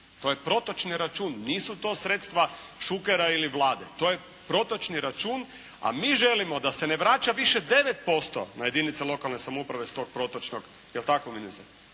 To je protočni račun. Nisu to sredstva Šukera ili Vlade. To je protočni račun. A mi želimo da se ne vraća više 9% na jedinice lokalne samouprave s tog protočnog, je li tako